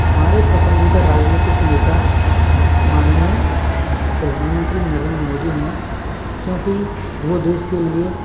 हमारे पसंदीदा राजनीतिक नेता माननीय प्रधानमंत्री नरेंद्र मोदी हैं क्योंकि वो देश के लिए